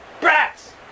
Brats